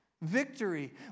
Victory